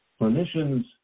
Clinicians